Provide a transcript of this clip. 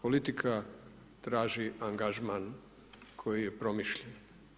Politika traži angažman koji je promišljen.